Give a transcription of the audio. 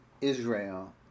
Israel